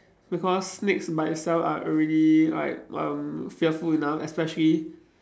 because snakes by itself are already like um fearful enough especially